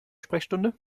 sprechstunde